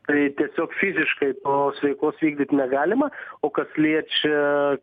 tai tiesiog fiziškai tos veiklos vykdyt negalima o kas liečia